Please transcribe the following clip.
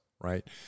right